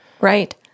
Right